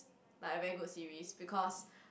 like a very good series because